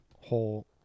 whole